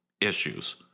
issues